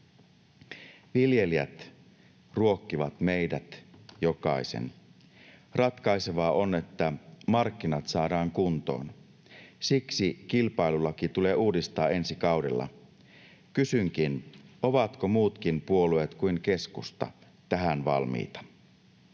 Viljelijät ruokkivat meidät, jokaisen. Ratkaisevaa on, että markkinat saadaan kuntoon. Siksi kilpailulaki tulee uudistaa ensi kaudella. Kysynkin: ovatko muutkin puolueet kuin keskusta tähän valmiita?